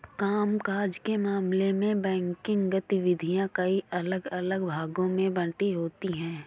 काम काज के मामले में बैंकिंग गतिविधियां कई अलग अलग भागों में बंटी होती हैं